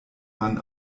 mann